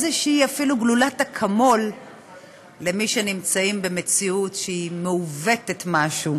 אפילו איזושהי גלולת אקמול למי שנמצאים במציאות שהיא מעוותת משהו.